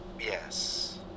Yes